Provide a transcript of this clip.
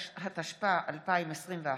התשפ"א 2021,